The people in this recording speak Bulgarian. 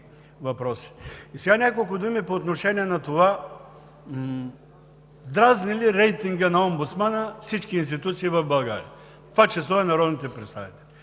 Сега няколко думи по отношение на това – дразни ли рейтингът на омбудсмана всички институции в България, в това число и народните представители?